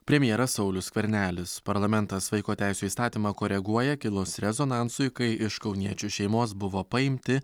premjeras saulius skvernelis parlamentas vaiko teisių įstatymą koreguoja kilus rezonansui kai iš kauniečių šeimos buvo paimti